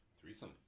threesome